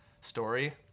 story